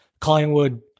Collingwood